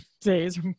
days